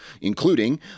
including